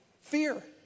Fear